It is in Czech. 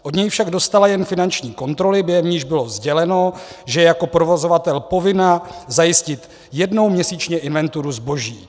Od něj však dostala jen finanční kontroly, během nichž bylo sděleno, že je jako provozovatel povinna zajistit jednou měsíčně inventuru zboží.